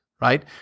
right